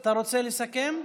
אתה רוצה לסכם?